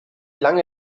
lange